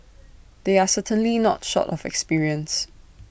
they are certainly not short of experience